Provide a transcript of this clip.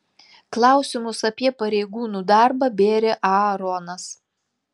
klausimus apie pareigūnų darbą bėrė aaronas